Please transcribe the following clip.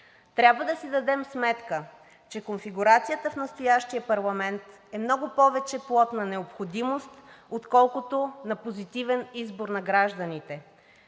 Трябва да си дадем сметка, че конфигурацията в настоящия парламент е много повече плод на необходимост, отколкото на позитивен избор на гражданите.